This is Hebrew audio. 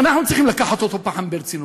אנחנו צריכים לקחת אותו פעם ברצינות.